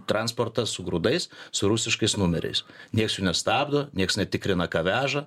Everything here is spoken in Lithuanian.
transportas su grūdais su rusiškais numeriais nieks jų nestabdo nieks netikrina ką veža